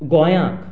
गोंयाक